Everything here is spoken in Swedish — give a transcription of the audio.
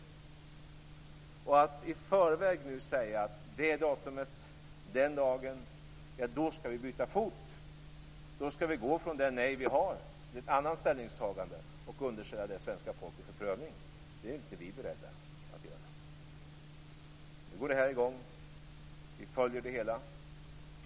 Vi är inte beredda att nu i förväg säga att vi vid ett visst datum skall byta fot, gå från vårt nej till ett annat ställningstagande och underställa detta svenska folket för prövning. Nu går det här i gång. Vi följer det hela.